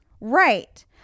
Right